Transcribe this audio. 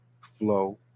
flow